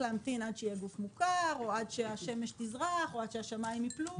להמתין עד שיהיה גוף מוכר או שהשמש יזרח או עד שהשמים יפלו.